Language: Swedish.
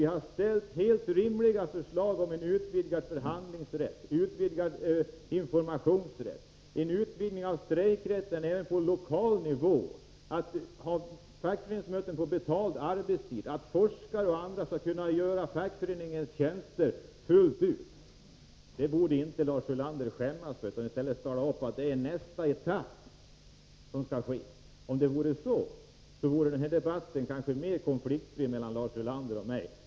Vi har presenterat helt rimliga förslag om en utvidgad förhandlingsrätt, utvidgad informationsrätt, utvidgad strejkrätt även på lokal nivå, möjlighet att ha fackföreningsmöten på betald arbetstid och att forskare och andra skall kunna göra fackföreningen tjänster fullt ut. Lars Ulander borde inte skämmas för det, utan borde i stället tala om att det är nästa etapp som skall genomföras. Om det vore så, kanske denna debatt mellan Lars Ulander och mig vore mera konfliktfri.